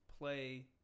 play